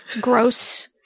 Gross